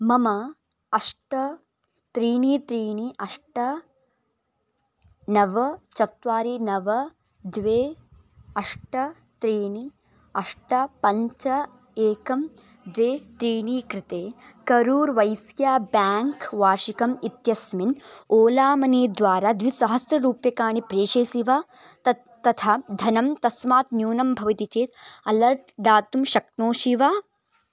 मम अष्ट त्रीणि त्रीणि अष्ट नव चत्वारि नव द्वे अष्ट त्रीणि अष्ट पञ्च एकं द्वे त्रीणि कृते करूर् वैस्या बेङ्क् वार्षिकम् इत्यस्मिन् ओला मनी द्वारा द्विसहस्ररूप्यकाणि प्रेषयसि वा तत् तथा धनं तस्मात् न्यूनं भवति चेत् अलर्ट् दातुं शक्नोषि वा